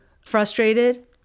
frustrated